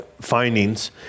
findings